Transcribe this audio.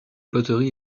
poteries